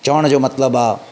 चवण जो मतिलबु आहे